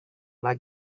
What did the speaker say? like